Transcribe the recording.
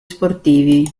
sportivi